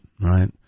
right